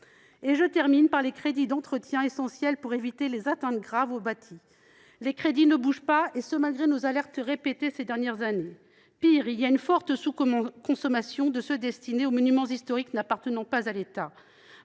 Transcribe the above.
Je termine par les crédits d’entretien, essentiels pour éviter les atteintes graves au bâti. Les crédits dans ce domaine ne bougent pas, malgré nos alertes répétées des dernières années. Pis, il y a une forte sous consommation des crédits destinés aux monuments historiques n’appartenant pas à l’État.